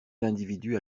l’individu